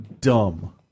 dumb